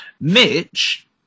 Mitch